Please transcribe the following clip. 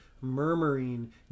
murmuring